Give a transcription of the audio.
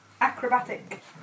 Acrobatic